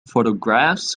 photographs